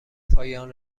پایان